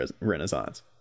renaissance